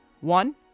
one